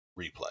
replay